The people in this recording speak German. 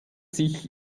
sich